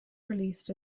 released